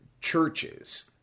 churches